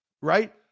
Right